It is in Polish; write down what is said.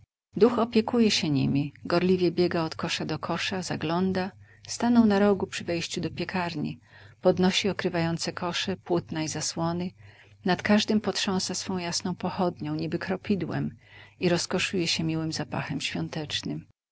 duch opiekuje się nimi gorliwie biega od kosza do kosza zagląda stanął na rogu przy wejściu do piekarni podnosi okrywające kosze płótna i zasłony nad każdym potrząsa swą jasną pochodnią niby kropidłem i rozkoszuje się miłym zapachem świątecznym